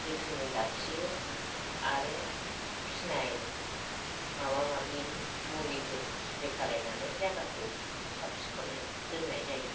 जोथोनै लाखियो आरो फिनाइल माबा माबि मुलिफोर स्प्रे खालायनानै जागाखौ साब सिखनै दोननाय जायो